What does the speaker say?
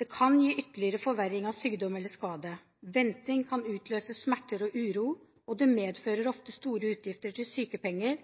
Det kan gi ytterligere forverring av sykdom eller skade. Venting kan utløse smerter og uro, og det medfører ofte store utgifter til sykepenger